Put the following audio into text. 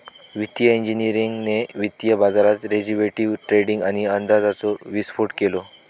वित्तिय इंजिनियरिंगने वित्तीय बाजारात डेरिवेटीव ट्रेडींग आणि अंदाजाचो विस्फोट केलो